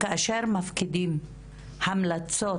כאשר מפקידים המלצות